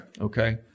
Okay